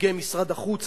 לנציגי משרד החוץ,